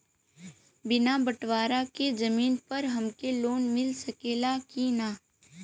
बिना बटवारा के जमीन पर हमके लोन मिल सकेला की ना?